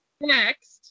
next